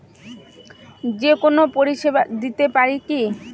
যে কোনো পরিষেবা দিতে পারি কি?